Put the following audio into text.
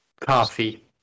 coffee